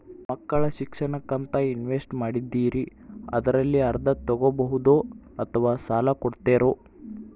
ಮಕ್ಕಳ ಶಿಕ್ಷಣಕ್ಕಂತ ಇನ್ವೆಸ್ಟ್ ಮಾಡಿದ್ದಿರಿ ಅದರಲ್ಲಿ ಅರ್ಧ ತೊಗೋಬಹುದೊ ಅಥವಾ ಸಾಲ ಕೊಡ್ತೇರೊ?